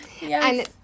Yes